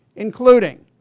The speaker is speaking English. including,